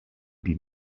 die